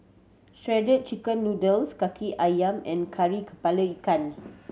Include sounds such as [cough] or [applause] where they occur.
Shredded Chicken Noodles Kaki Ayam and kari [unintelligible] ikan